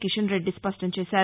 కిషన్ రెడ్డి స్పష్టం చేశారు